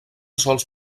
sols